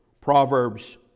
Proverbs